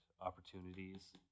opportunities